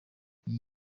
iyi